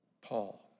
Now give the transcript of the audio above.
Paul